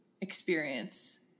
experience